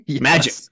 magic